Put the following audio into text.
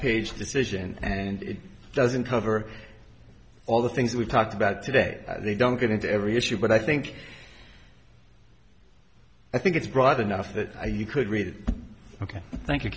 page decision and it doesn't cover all the things we've talked about today they don't get into every issue but i think i think it's broad enough that you could read ok thank you